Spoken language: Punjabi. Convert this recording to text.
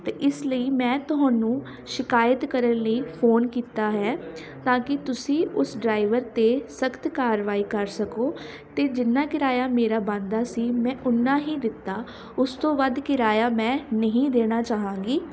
ਅਤੇ ਇਸ ਲਈ ਮੈਂ ਤੁਹਾਨੂੰ ਸ਼ਿਕਾਇਤ ਕਰਨ ਲਈ ਫੋਨ ਕੀਤਾ ਹੈ ਤਾਂ ਕਿ ਤੁਸੀਂ ਉਸ ਡਰਾਈਵਰ 'ਤੇ ਸਖਤ ਕਾਰਵਾਈ ਕਰ ਸਕੋ ਅਤੇ ਜਿੰਨਾ ਕਿਰਾਇਆ ਮੇਰਾ ਬਣਦਾ ਸੀ ਮੈਂ ਓਨਾ ਹੀ ਦਿੱਤਾ ਉਸ ਤੋਂ ਵੱਧ ਕਿਰਾਇਆ ਮੈਂ ਨਹੀਂ ਦੇਣਾ ਚਾਹਾਂਗੀ